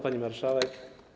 Pani Marszałek!